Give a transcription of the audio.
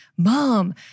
Mom